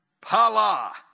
pala